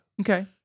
Okay